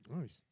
Nice